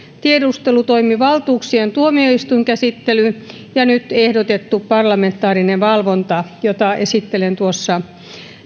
tiedustelutoimivaltuuksien tuomioistuinkäsittely ja nyt ehdotettu parlamentaarinen valvonta jota esittelen tuossa